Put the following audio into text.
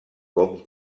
com